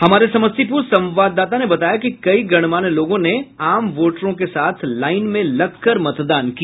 हमारे समस्तीपुर संवाददाता ने बताया कि कई गणमान्य लोगों ने आम वोटरों के साथ लाईन में लगकर मतदान किया